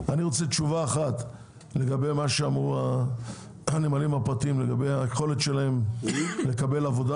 תשובה אחת לגבי מה שאמרו הנמלים הפרטיים לגבי היכולת שלהם לקבל עבודה,